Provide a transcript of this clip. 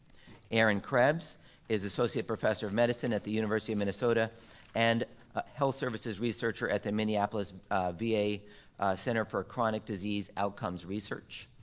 erin krebs is associate professor of medicine at the university of minnesota and health services researcher at the minneapolis va center for chronic disease outcomes research.